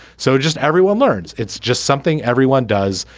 so just everyone learns it's just something everyone does.